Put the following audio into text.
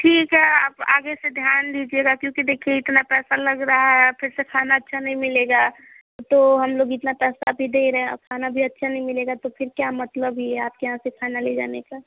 ठीक है आप आगे से ध्यान दीजिएगा क्योंकि देखिए इतना पैसा लग रहा है फ़िर से खाना अच्छा नहीं मिलेगा तो हम लोग इतना पैसा भी दे रहे हैं और खाना भी अच्छा नहीं मिलेगा तो फ़िर क्या मतलब ही है आपके यहाँ से खाना ले जाने का